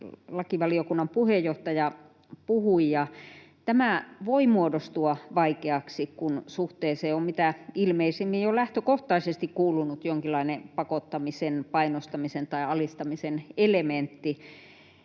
lakivaliokunnan puheenjohtaja, puhui. Tämä voi muodostua vaikeaksi, kun suhteeseen on mitä ilmeisimmin jo lähtökohtaisesti kuulunut jonkinlainen pakottamisen, painostamisen tai alistamisen elementti